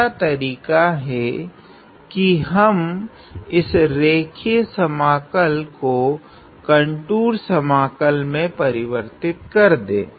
दूसरा तरीका है की हम इस रैखिक समाकल को कंटूर समाकल मे परिवर्तित कर दे